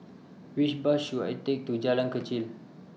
Which Bus should I Take to Jalan Kechil